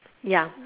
ya